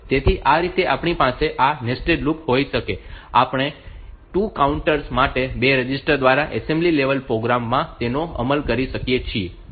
તેથી આ રીતે આપણી પાસે આ નેસ્ટેડ લૂપ હોઈ શકે છે અને આપણે 2 કાઉન્ટર્સ માટે 2 રજિસ્ટર દ્વારા એસેમ્બલી લેવલ પ્રોગ્રામ માં તેનો અમલ કરી શકીએ છીએ